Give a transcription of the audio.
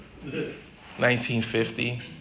1950